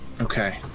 Okay